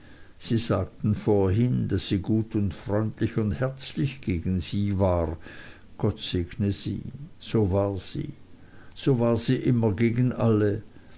sie sagten vorhin daß sie gut und freundlich und herzlich gegen sie war gott segne sie so war sie so war sie immer gegen alle